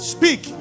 Speak